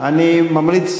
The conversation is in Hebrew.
אני ממליץ,